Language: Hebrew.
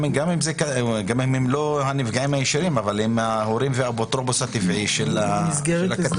גם אם הם לא הנפגעים הישירים אבל הם ההורים והאפוטרופוס הטבעי של הקטין?